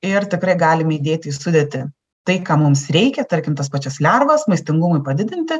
ir tikrai galime įdėti į sudėtį tai ką mums reikia tarkim tas pačias lervas maistingumui padidinti